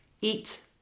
Eat